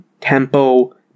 tempo